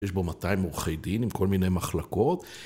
יש בו 200 עורכי דין עם כל מיני מחלקות